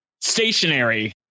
stationary